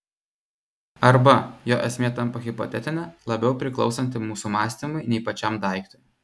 arba jo esmė tampa hipotetinė labiau priklausanti mūsų mąstymui nei pačiam daiktui